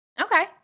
Okay